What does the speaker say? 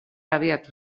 abiatu